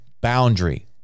boundary